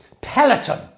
Peloton